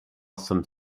some